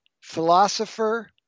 philosopher